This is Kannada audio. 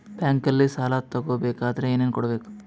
ಬ್ಯಾಂಕಲ್ಲಿ ಸಾಲ ತಗೋ ಬೇಕಾದರೆ ಏನೇನು ಕೊಡಬೇಕು?